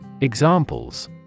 Examples